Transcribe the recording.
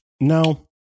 No